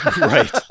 Right